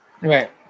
right